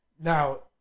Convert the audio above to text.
Now